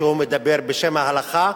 שהוא מדבר בשם ההלכה.